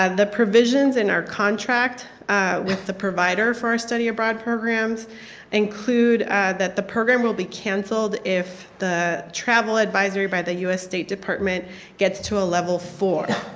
and the provisions in our contract with the provider for our study abroad programs include that the program will be canceled if the travel advisory by the u s. state department gets to a level four.